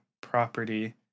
property